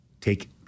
take